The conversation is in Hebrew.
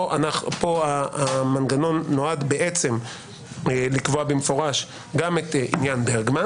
פה המנגנון נועד לקבוע מפורשות גם את עניין ברגמן